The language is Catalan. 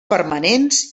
permanents